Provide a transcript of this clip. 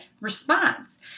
response